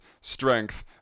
strength